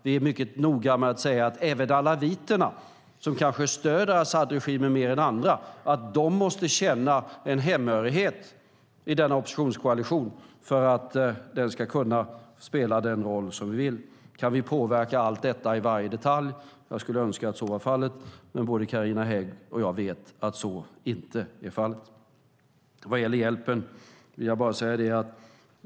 Vi är mycket noga med att säga att även alawiterna, som kanske stöder Assadregimen mer än andra, måste känna en hemhörighet i denna oppositionskoalition för att den ska kunna spela den roll vi vill. Kan vi påverka allt detta i varje detalj? Jag skulle önska att så var fallet. Men både Carina Hägg och jag vet att så inte är fallet. Sedan var det en fråga om hjälp.